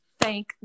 thank